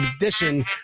edition